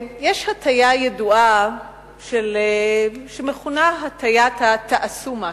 יש הטיה ידועה שמכונה הטיית ה"תעשו משהו".